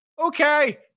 Okay